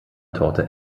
torte